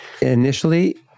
Initially